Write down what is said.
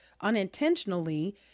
unintentionally